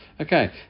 okay